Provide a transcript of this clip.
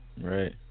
Right